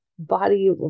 body